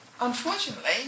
Unfortunately